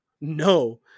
No